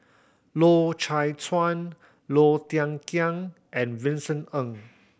Loy Chye Chuan Low Thia Khiang and Vincent Ng